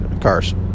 cars